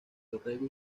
dorrego